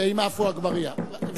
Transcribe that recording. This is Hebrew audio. ועם עפו אגבאריה ועם זחאלקה.